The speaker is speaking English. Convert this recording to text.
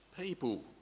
people